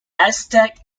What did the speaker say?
aztec